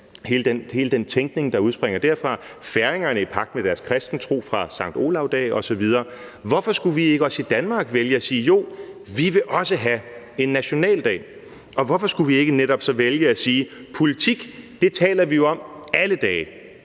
hele den tænkning, der udspringer derfra, færingerne i pagt med deres kristne tro fra Sankt Olavs dag osv. Hvorfor skulle vi ikke også i Danmark vælge at sige: Jo, vi vil også have nationaldag? Hvorfor skulle vi så ikke netop vælge at sige: Politik taler vi jo om alle dage